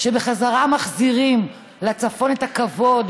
שבחזרה מחזירים לצפון את הכבוד,